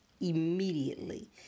Immediately